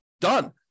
Done